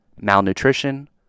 malnutrition